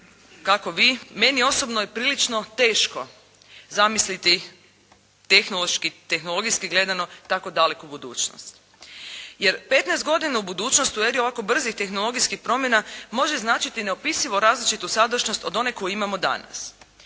kako vi, meni osobno je prilično teško zamisliti tehnološki, tehnologijski gledano tako daleku budućnost. Jer, 15 godina u budućnost u redu ovako brzih tehnologijskih promjena može značiti neopisivo različitu sadašnjost od one koju imamo danas.